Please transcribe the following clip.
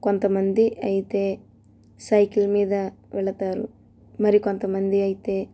కొంతమంది అయితే సైకిల్ మీద వెళతారు మరి కొంతమంది అయితే